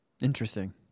Interesting